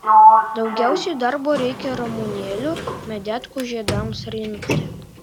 daugiausiai darbo reikia ramunėlių medetkų žiedams rinkti